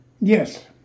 Yes